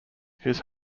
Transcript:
his